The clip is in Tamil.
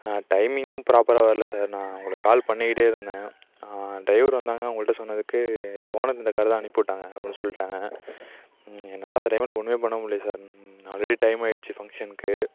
டைமிங்கும் ப்ராப்பராக வர்லை சார் நான் உங்களுக்கு கால் பண்ணிக்கிட்டே இருந்தேன் ட்ரைவர் வந்தாங்க அவர்கள்ட சொன்னதுக்கு ஓனர் இந்த கார் தான் அனுப்பிவிட்டாங்க அப்படின்னு சொல்லிட்டாங்க என்னால் அந்த டைமில் ஒன்றுமே பண்ண முடில்ல சார் ஆல்ரெடி டைம் ஆயிடுச்சு ஃபங்க்ஷனுக்கு